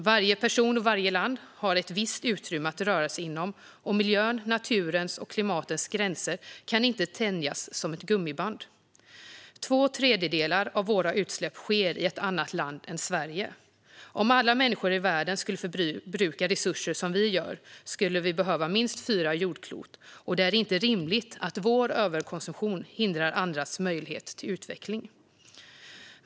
Varje person och varje land har ett visst utrymme att röra sig inom, och miljöns, naturens och klimatets gränser kan inte tänjas som ett gummiband. Två tredjedelar av våra utsläpp sker i ett annat land än Sverige. Om alla människor i världen skulle förbruka resurser som vi gör här skulle vi behöva minst fyra jordklot. Det är inte rimligt att vår överkonsumtion hindrar andras möjlighet till utveckling.